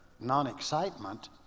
non-excitement